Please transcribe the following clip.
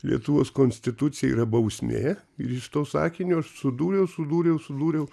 lietuvos konstitucija yra bausmė ir iš to sakinio aš sudūriau sudūriau sudūriau